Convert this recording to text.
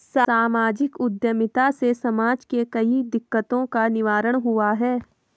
सामाजिक उद्यमिता से समाज के कई दिकक्तों का निवारण हुआ है